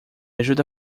ajuda